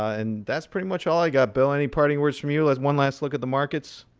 and that's pretty much all i got, bill. any parting words from you? like one last look at the markets?